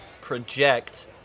project